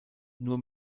nur